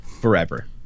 Forever